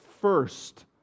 first